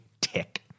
Tick